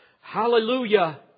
Hallelujah